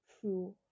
true